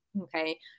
okay